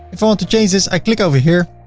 if i want to change this, i click over here.